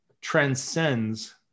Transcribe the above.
transcends